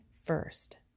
first